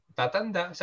tatanda